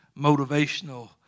motivational